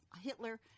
Hitler